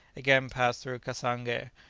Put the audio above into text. again passed through cassange,